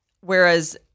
whereas